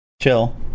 chill